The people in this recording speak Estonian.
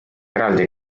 eraldi